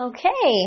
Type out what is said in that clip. Okay